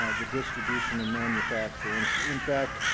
ah the distribution and manufacture and in fact.